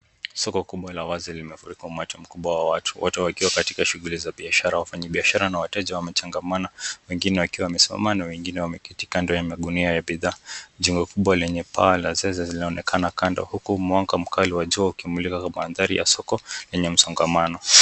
Soko kumejaa wazee limefurika umati mkubwa wa watu wote wakiwa katika shughuli za biashara. Wafanyabiashara na wateja wamechangamana, wengine wakiwa wamesimama na wengine wameketikando ya magunia ya bidhaa. Jengo kubwa lenye pala zaweza zinaonekana kando huku mwanga mkali wa jua ukimulika kama mandhari ya soko lenye msongamano.